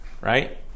right